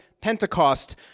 Pentecost